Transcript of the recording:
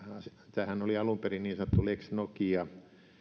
tämähän oli alun perin niin sanottu lex nokia